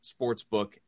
sportsbook